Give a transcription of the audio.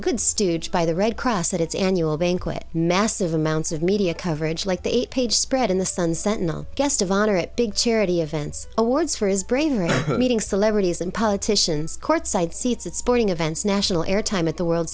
good stooge by the red cross at its annual banquet massive amounts of media coverage like the eight page spread in the sun sentinel guest of honor at big charity events awards for his bravery meeting celebrities and politicians courtside seats at sporting events national airtime at the world